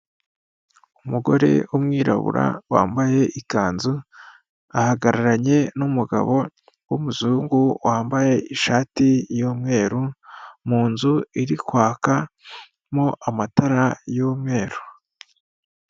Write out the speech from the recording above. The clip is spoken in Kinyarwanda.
Umugore w'umwirabura wambaye ikanzu, agahagararanye n'umugabo w'umuzungu wambaye ishati y'umweru, mu nzu iri kwakamo amatara y'umweru.